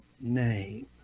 name